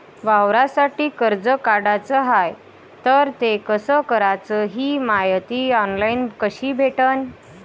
वावरासाठी कर्ज काढाचं हाय तर ते कस कराच ही मायती ऑनलाईन कसी भेटन?